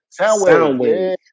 Soundwave